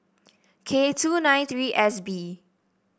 K two nine three S B